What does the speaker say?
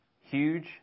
huge